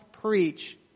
preach